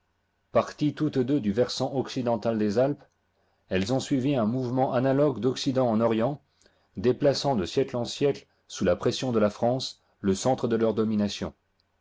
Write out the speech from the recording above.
parties toutes deux du versant occidental des alpes elles ont suivi un mouvement analogue d'occident en orient déplaçant de siècle en sièele sous la pression de la france le centre de leur sommation